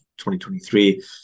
2023